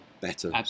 better